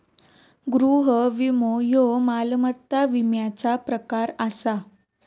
गृह विमो ह्यो मालमत्ता विम्याचा प्रकार आसा